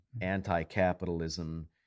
anti-capitalism